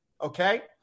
Okay